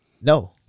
No